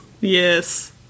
Yes